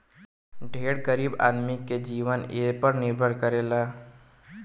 ढेर गरीब आदमी के जीवन एपर निर्भर करेला